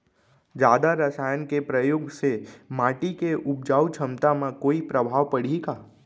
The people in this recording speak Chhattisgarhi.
जादा रसायन के प्रयोग से माटी के उपजाऊ क्षमता म कोई प्रभाव पड़ही का?